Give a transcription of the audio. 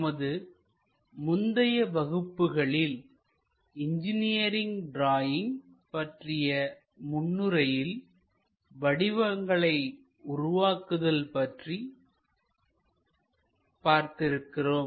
நமது முந்தைய வகுப்புகளில் இன்ஜினியரிங் டிராயிங் பற்றிய முன்னுரையில் வடிவங்களை உருவாக்குதல் பற்றி பார்த்திருக்கிறோம்